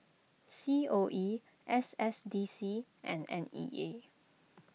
C O E S S D C and N E A